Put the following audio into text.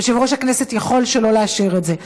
יושב-ראש הכנסת יכול שלא לאשר את זה.